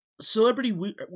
celebrity